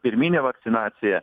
pirminė vakcinacija